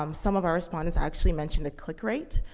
um some of our respondents actually mentioned the click rate,